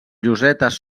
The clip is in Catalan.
llosetes